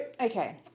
okay